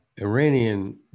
Iranian